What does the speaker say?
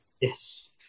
yes